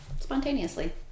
Spontaneously